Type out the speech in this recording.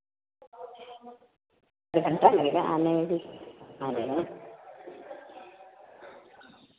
अरे घंटा लगेगा आने में अभी आ रहे हैं